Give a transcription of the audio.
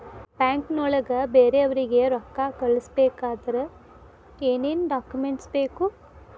ಬ್ಯಾಂಕ್ನೊಳಗ ಬೇರೆಯವರಿಗೆ ರೊಕ್ಕ ಕಳಿಸಬೇಕಾದರೆ ಏನೇನ್ ಡಾಕುಮೆಂಟ್ಸ್ ಬೇಕು?